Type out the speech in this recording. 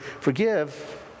forgive